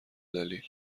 دلیل